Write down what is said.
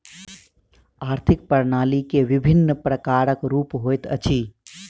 आर्थिक प्रणाली के विभिन्न प्रकारक रूप होइत अछि